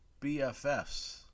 BFFs